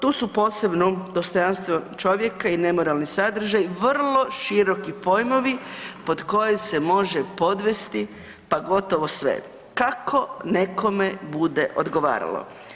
Tu su posebno dostojanstvo čovjeka i nemoralni sadržaj vrlo široki pojmovi pod koje se može podvesti pa gotovo sve, kako nekome bude odgovaralo.